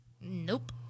Nope